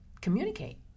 communicate